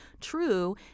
true